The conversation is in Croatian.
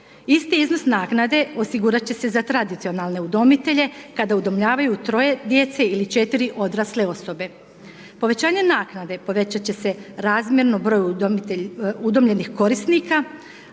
Isti iznos naknade osigurat će se za tradicionalne udomitelje kada udomljavanju troje djece ili četiri odrasle osobe. Povećanje naknade povećat će se razmjerno broju udomljenih korisnika,